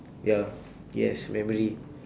ya yes memory